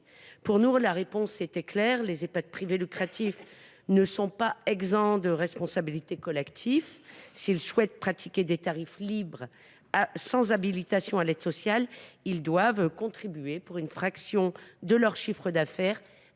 Pour nous, la réponse était claire : les Ehpad privés lucratifs ne sont pas exempts de responsabilités collectives. S’ils souhaitent pratiquer des tarifs libres, sans habilitation à l’aide sociale, ils doivent contribuer, pour une fraction de leur chiffre d’affaires,